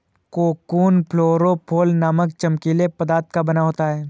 cocoon fluorophore नामक चमकीले पदार्थ का बना होता है